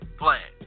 plan